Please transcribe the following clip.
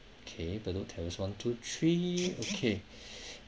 okay below tells one two three okay